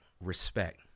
respect